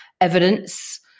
evidence